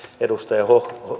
edustaja